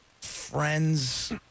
friends